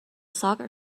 soccer